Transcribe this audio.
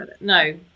No